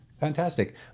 Fantastic